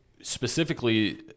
Specifically